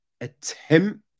Attempt